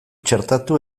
txertatu